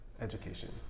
education